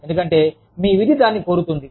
ఎందుకంటే మీ విధి దానిని కోరుతుంది